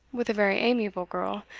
with a very amiable girl,